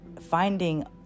finding